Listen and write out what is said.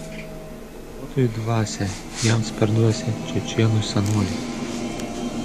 kovotojų dvasią jiems perduosią čečėnų senoliai